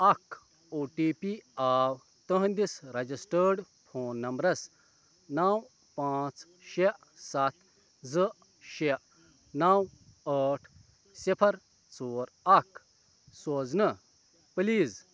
اکھ O T P آو تٕہنٛدِس رجسٹٲڈ فون نبمرس نو پانٛژھ شےٚ سَتھ زٕ شےٚ نو ٲٹھ صِفر ژور اکھ سوزنہٕ پلیٖز